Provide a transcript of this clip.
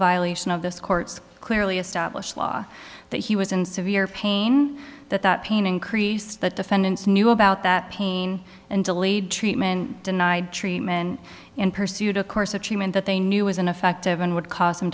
violation of this court's clearly established law that he was in severe pain that that pain increased the defendants knew about that pain and delayed treatment denied treatment in pursuit of course of treatment that they knew was ineffective and would cause